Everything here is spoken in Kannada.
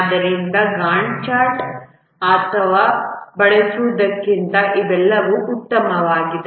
ಆದ್ದರಿಂದ ಗ್ಯಾಂಟ್ ಚಾರ್ಟ್ ಅನ್ನು ಬಳಸುವುದಕ್ಕಿಂತ ಇವೆಲ್ಲವೂ ಉತ್ತಮವಾಗಿದೆ